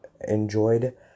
enjoyed